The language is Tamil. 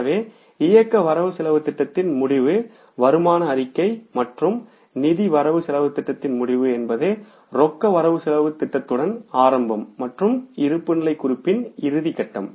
எனவே இயக்க வரவு செலவுத் திட்டத்தின் முடிவு வருமான அறிக்கை மற்றும் நிதி வரவு செலவுத் திட்டத்தின் முடிவு என்பது ரொக்க வரவு செலவுத் திட்டத்துடன் ஆரம்பம் மற்றும் இருப்புநிலைக் குறிப்பின் இறுதிக்கட்டம்